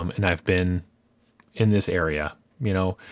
um and i've been in this area. you know,